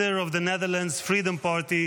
leader of the Netherlands’ Freedom Party,